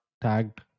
tagged